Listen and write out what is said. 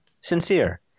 sincere